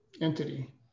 entity